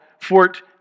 Fort